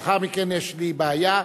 לאחר מכן יש לי בעיה,